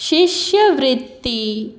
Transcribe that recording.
शिश्यवृत्ती